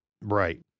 right